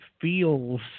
feels –